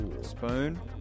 Spoon